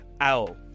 Owl